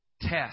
test